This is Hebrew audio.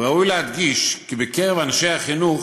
וראוי להדגיש כי בקרב אנשי החינוך